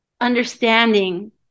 understanding